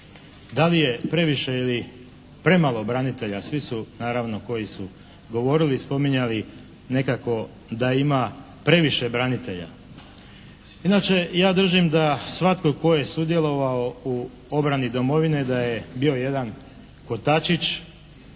da li je previše ili premalo branitelja? Svi su naravno koji su govorili spominjali nekako da ima previše branitelja. Inače ja držim da svatko tko je sudjelovao u obrani domovine da je bio jedan kotačić